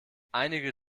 einige